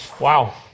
wow